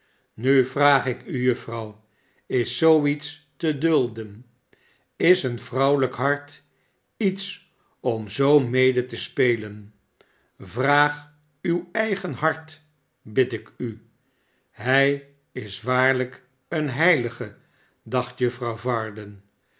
nu vraag ik u juffrouw is zoo iets te dulden is een vrouwelijk hart iets om zoo mede te spelen vraag uw eigen hart bid ik u hij is waarlijk een heihge dacht juffrouw varden